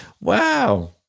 Wow